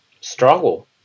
struggle